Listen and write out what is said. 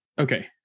Okay